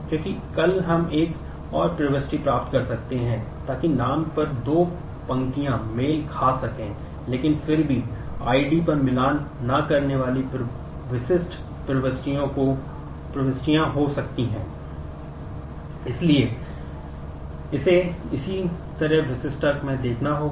इसलिए इसे इसी तरह विशिष्टता में देखना होगा